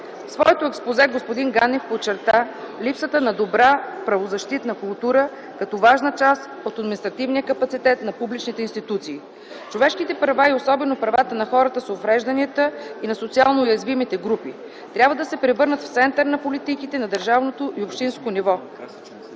своето експозе господин Ганев подчерта липсата на добра правозащитна култура, като важна част от административния капацитет на публичните институции. Човешките права и особено правата на хората с увреждания и на социално уязвимите групи, трябва да се превърнат в център на политиките на държавно и общинско ниво.